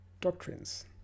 doctrines